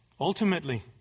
Ultimately